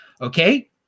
okay